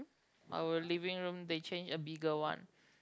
our living room they change a bigger one